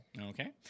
okay